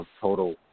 total